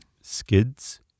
skids